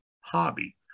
hobby